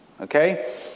Okay